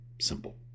simple